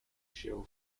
show